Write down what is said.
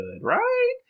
right